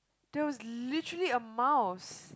there was literally a mouse